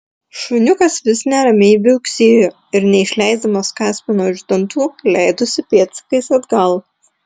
šuniukas vis neramiai viauksėjo ir neišleisdamas kaspino iš dantų leidosi pėdsakais atgal